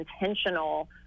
intentional